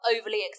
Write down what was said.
overly